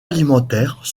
alimentaire